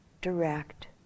direct